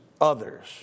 others